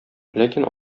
ләкин